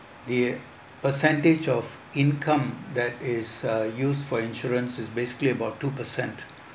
the percentage of income that is uh used for insurance is basically about two percent